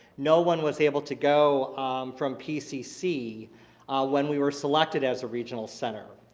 no one was able to go from pcc when we were selected as a regional center.